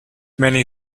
many